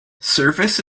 service